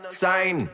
sign